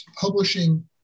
publishing